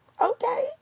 okay